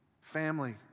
family